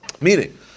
meaning